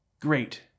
great